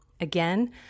Again